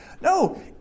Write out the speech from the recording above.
No